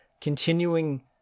continuing